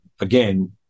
again